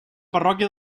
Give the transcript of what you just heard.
parròquia